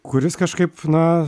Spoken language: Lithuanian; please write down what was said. kuris kažkaip na